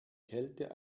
kälte